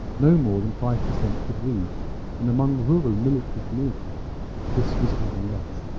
no more than five percent could read and among rural military communities this was even less.